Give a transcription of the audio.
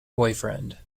boyfriend